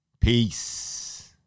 Peace